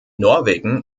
norwegen